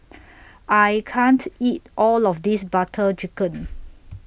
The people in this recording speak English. I can't eat All of This Butter Chicken